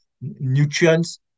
nutrients